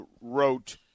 wrote